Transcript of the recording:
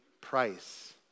price